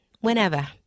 Whenever